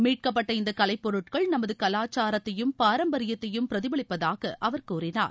மீட்கப்பட்ட இந்த கலைப்பொருட்கள் நமது கலாச்சாரத்தையும் பாரம்பரியத்தையும் பிரதிபலிப்பதாக அவர் கூறினார்